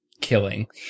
killing